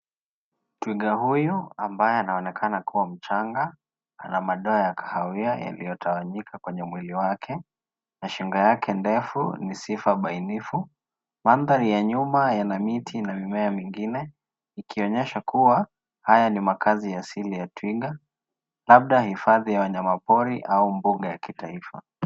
Twiga huyu ambaye anaonekana kuwa mchanga ana madoa ya kahawia yaliyotawanyika kwenye mwilini mwake na shingo yake ndefu ni sifa bainifu. Mandhari ya nyuma yana miti na mimea mingine, ikionyesha kuwa haya ni makazi asili ya twiga, labda hifadhi ya wanyamapori au mbuga ya kitaifa.